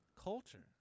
Culture